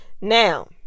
Now